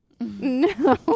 No